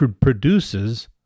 produces